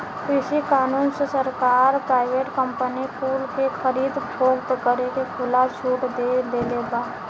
कृषि कानून से सरकार प्राइवेट कंपनी कुल के खरीद फोक्त करे के खुला छुट दे देले बा